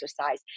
exercise